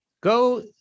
Go